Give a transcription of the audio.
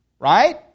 Right